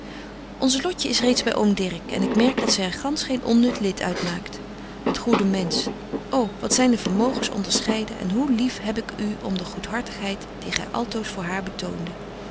onze lotje is reeds by oom dirk en ik merk dat zy er gansch geen onnut lid uitmaakt het goede mensch ô wat zyn de vermogens onderscheiden en hoe lief heb ik u om de goedhartigheid die gy altoos voor haar betoonde